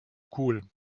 cool